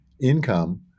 income